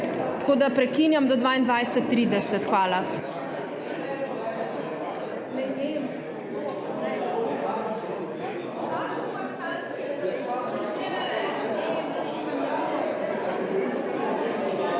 Tako da prekinjam do 22.30. Hvala.